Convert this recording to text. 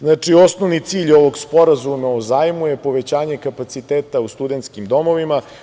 Znači, osnovni cilj ovog Sporazuma o zajmu, je povećanje kapaciteta u studentskim domovima.